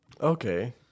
Okay